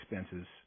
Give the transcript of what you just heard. expenses